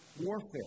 warfare